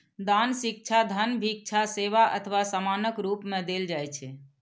दान शिक्षा, धन, भिक्षा, सेवा अथवा सामानक रूप मे देल जाइ छै